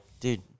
dude